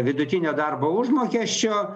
vidutinio darbo užmokesčio